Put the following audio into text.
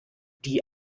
die